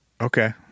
Okay